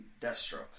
Deathstroke